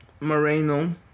Moreno